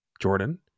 Jordan